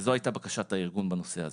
וזו הייתה בקשת הארגון בנושא הזה.